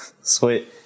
Sweet